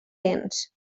dens